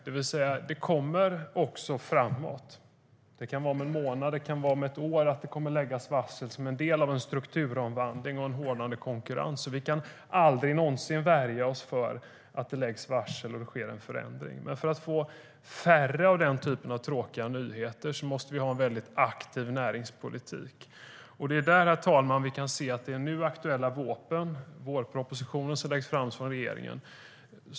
Det kommer också framöver - det kan vara om en månad, eller det kan vara om ett år - att läggas varsel som en del av en strukturomvandling och en hårdnande konkurrens. Vi kan aldrig någonsin värja oss mot att det läggs varsel och att det sker en förändring. Men för att vi ska få färre nyheter av den här tråkiga typen måste vi ha en väldigt aktiv näringspolitik. Herr talman! Vi kan titta i den nu aktuella vårpropositionen, som lades fram av regeringen.